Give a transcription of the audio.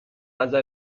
نظر